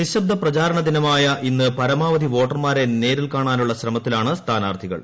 നിശബ്ദ പ്രചാരണ ദിനമായ ഇന്ന് പരമാവധി വോട്ടർമാരെ നേരിൽ കാണാനുള്ള ശ്രമത്തിലാണ് സ്ഥാനാർത്ഥികൾ